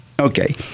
Okay